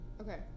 Okay